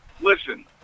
Listen